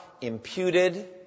imputed